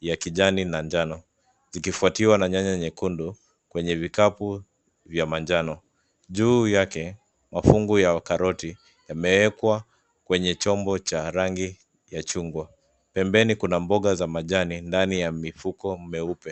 ya kijani na njano, ikifuatiwa na nyanya nyekundu kwenye kikapu cha manjano. Juu yake mafungu ya karoti yamewekwa kwenye chombo cha rangi ya chungwa. Pembeni kuna mboga za majani ndani ya mfuko mweupe.